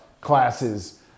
classes